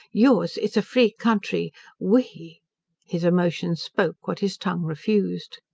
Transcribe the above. yours is a free country we his emotions spoke what his tongue refused.